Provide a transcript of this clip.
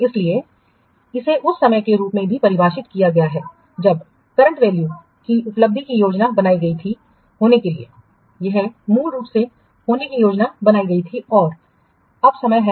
इसलिए इसे उस समय के रूप में परिभाषित किया गया है जब करंट वैल्यूकी उपलब्धि की योजना बनाई गई थी होने के लिए यह मूल रूप से होने की योजना बनाई गई थी और अब समय है